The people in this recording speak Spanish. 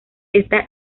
esta